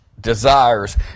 desires